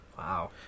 Wow